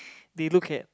they look at